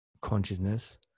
consciousness